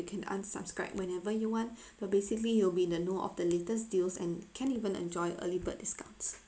unsubscribe whenever you want but basically you will be in the know of the latest deals and can even enjoy early bird discounts